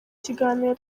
kiganiro